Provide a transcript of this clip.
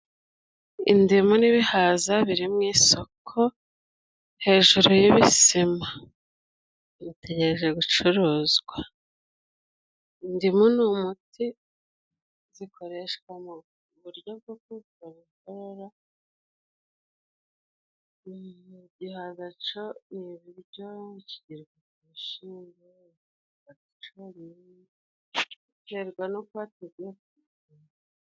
Indimu n'ibihaza biri mu isoko hejuru y'ibisima. Bitegereje gucuruzwa. Indimu ni umuti zikoreshwa mu buryo bwo kuvura inkorora. Igihaza cyo ni ibiryo, bakigereka ku bishyimbo bagacanira, biterwa n'ubwoko bw'igihaza.